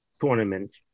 tournament